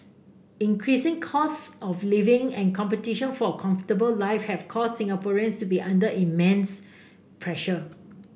increasing costs of living and competition for a comfortable life have caused Singaporeans to be under immense pressure